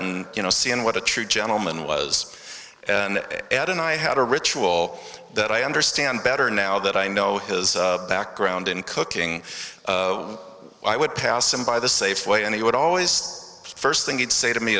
you know seeing what a true gentleman was and ed and i had a ritual that i understand better now that i know his background in cooking i would pass him by the safeway and he would always the first thing he'd say to me